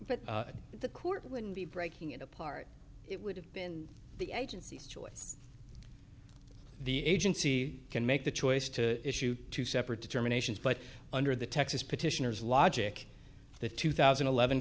but the court wouldn't be breaking it apart it would have been the agency's choice the agency can make the choice to issue two separate determinations but under the texas petitioners logic the two thousand and eleven